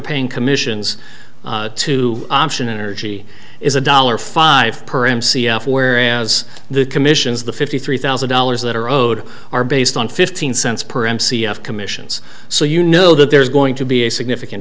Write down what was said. paying commissions to auction energy is a dollar five per m c f whereas the commissions the fifty three thousand dollars that are owed are based on fifteen cents per m c f commissions so you know that there's going to be a significant